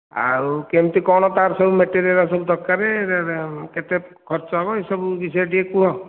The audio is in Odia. ଆଉ କେମିତି କ'ଣ ତା'ର ସବୁ ମ୍ୟାଟେରିଆଲ୍ ସବୁ ଦରକାର କେତେ ଖର୍ଚ୍ଚ ହେବ ଏସବୁ ବିଷୟରେ ଟିକିଏ କୁହ